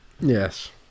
Yes